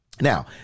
now